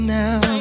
now